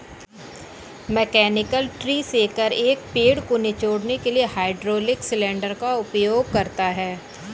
mechanical tree shaker, एक पेड़ को निचोड़ने के लिए हाइड्रोलिक सिलेंडर का उपयोग करता है